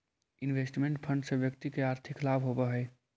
investment fund से व्यक्ति के आर्थिक लाभ होवऽ हई